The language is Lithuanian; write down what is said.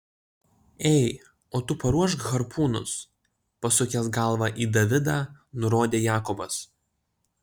ei o tu paruošk harpūnus pasukęs galvą į davidą nurodė jakobas